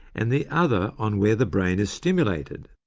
and the other on where the brain is stimulated.